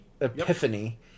Epiphany